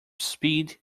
speed